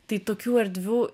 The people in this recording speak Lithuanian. tai tokių erdvių